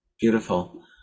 Beautiful